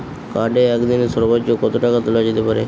কার্ডে একদিনে সর্বোচ্চ কত টাকা তোলা যেতে পারে?